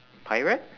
pirate